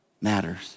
matters